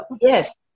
Yes